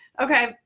okay